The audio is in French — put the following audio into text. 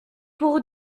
pour